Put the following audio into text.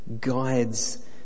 guides